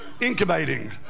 incubating